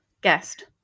guest